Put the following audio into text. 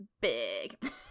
big